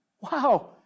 Wow